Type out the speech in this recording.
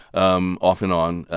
um off and on.